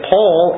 Paul